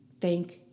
thank